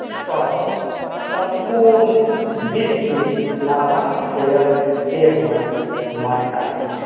सँ सम्पूर्ण विश्व लाभान्वित होइत से हमर मान्यता अछि